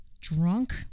drunk